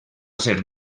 ser